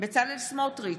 בצלאל סמוטריץ'